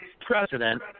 president